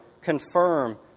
confirm